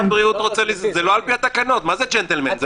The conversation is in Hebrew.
זה לא על פי התקנון, מה זה ג'נטלמן?